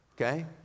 Okay